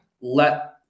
let